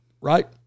Right